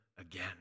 again